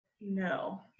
No